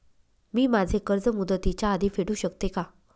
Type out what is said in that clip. मी माझे कर्ज मुदतीच्या आधी फेडू शकते का?